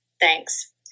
Thanks